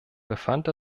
befand